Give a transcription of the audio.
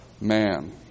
man